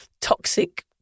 toxic